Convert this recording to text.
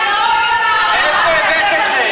מאיפה הבאת את זה?